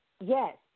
Yes